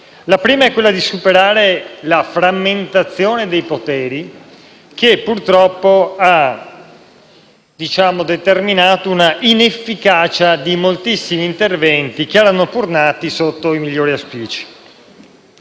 La prima è superare la frammentazione dei poteri, che purtroppo ha determinato l'inefficacia di moltissimi interventi che erano pur nati sotto i migliori auspici.